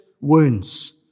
wounds